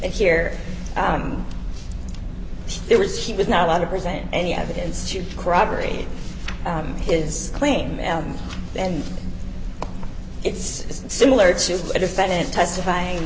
here there was he was not allowed to present any evidence to corroborate his claim and it's similar to a defendant testifying